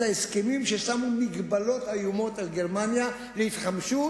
את ההסכמים ששמו מגבלות איומות על גרמניה להתחמשות?